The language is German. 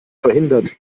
verhindert